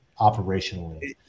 operationally